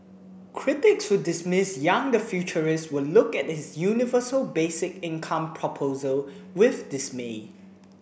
critics who dismiss Yang the futurist will look at his universal basic income proposal with dismay